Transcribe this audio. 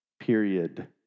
Period